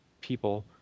people